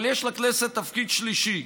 אבל יש לכנסת תפקיד שלישי,